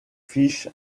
fish